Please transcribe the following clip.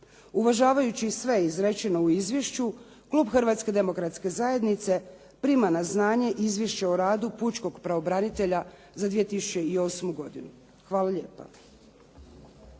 Uvažavajući i sve izrečeno u izvješću, klub Hrvatske demokratske zajednice prima na znanje Izvješće o radu pučkog pravobranitelja za 2008. godinu. Hvala lijepa.